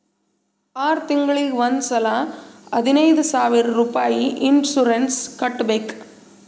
R ತಿಂಗುಳಿಗ್ ಒಂದ್ ಸಲಾ ಹದಿನೈದ್ ಸಾವಿರ್ ರುಪಾಯಿ ಇನ್ಸೂರೆನ್ಸ್ ಕಟ್ಬೇಕ್